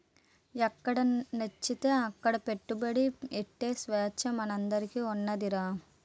ఎక్కడనచ్చితే అక్కడ పెట్టుబడి ఎట్టే సేచ్చ మనందరికీ ఉన్నాదిరా